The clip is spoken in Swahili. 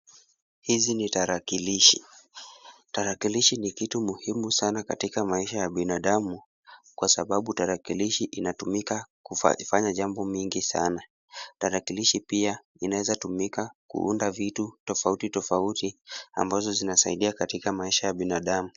Hizi ni tarakilishi. Tarakilishi ni kitu muhimu sana katika maisha ya binadamu kwa sababu tarakilishi inatumika kufanya jambo mingi sana. Tarakilishi pia inaweza tumika kuunda vitu tofauti tofauti ambazo zinasaidia katika maisha ya binadamu.